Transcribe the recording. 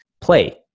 play